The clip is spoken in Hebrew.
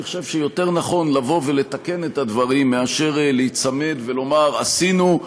אני חושב שיותר נכון לבוא ולתקן את הדברים מאשר להיצמד ולומר: עשינו,